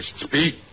speak